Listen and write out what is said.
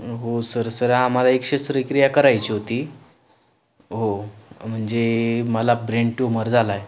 हो sir sir आम्हाला एक शस्त्रक्रिया करायची होती हो म्हणजे मला ब्रेन ट्यूमर झाला आहे